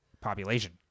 population